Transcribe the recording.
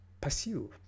pursue